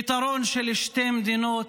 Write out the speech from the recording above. פתרון של שתי מדינות,